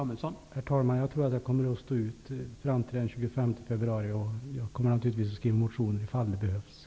Herr talman! Jag tror att jag kommer att stå ut fram till den 25 februari. Men jag väcker naturligtvis motioner, ifall det skulle behövas.